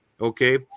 Okay